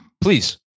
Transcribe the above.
Please